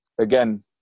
again